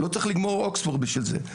לא צריך לגמור אוקספורד בשביל זה,